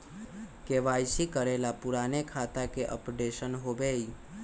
KYC करें से पुराने खाता के अपडेशन होवेई?